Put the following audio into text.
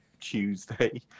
Tuesday